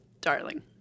darling